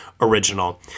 original